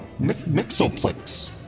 Mixoplex